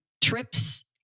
trips